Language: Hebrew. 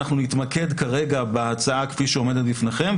נתמקד כרגע בהצעה כפי שהיא עומדת בפניכם,